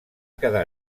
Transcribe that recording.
quedar